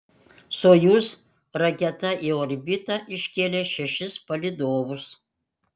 sojuz raketa į orbitą iškėlė šešis palydovus